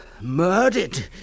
murdered